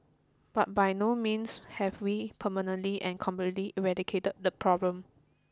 but by no means have we permanently and completely eradicated the problem